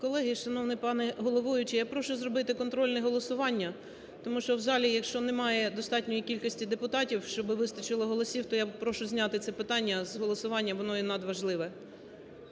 колеги і шановний пане головуючий, я прошу зробити контрольне голосування, тому що в залі, якщо немає достатньої кількості депутатів, щоб вистачило голосів, то я попрошу зняти це питання з голосування, воно є надважливе.